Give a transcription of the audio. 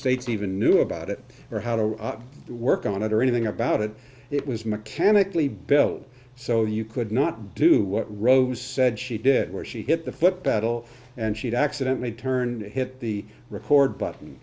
even knew about it or how to work on it or anything about it it was mechanically bell so you could not do what rose said she did where she hit the foot battle and she'd accidently turn and hit the record button